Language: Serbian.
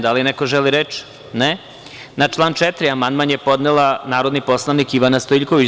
Da li neko želi reč? (Ne.) Na član 4. amandman je podnela narodni poslanik Ivana Stojiljković.